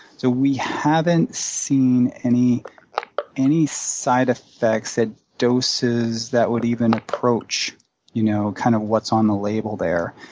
so we haven't seen any any side effects at doses that would even approach you know kind of what's on the label there.